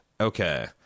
Okay